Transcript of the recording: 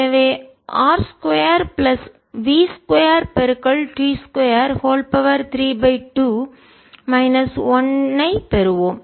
எனவே R 2 plus v 2 t 2 32 minus 1 ஐப் பெறுவோம்